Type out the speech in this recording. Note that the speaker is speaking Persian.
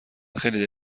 خیلی